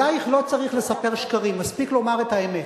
עלייך לא צריך לספר שקרים, מספיק לומר את האמת.